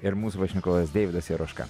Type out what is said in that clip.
ir mūsų pašnekovas deividas jeroška